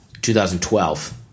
2012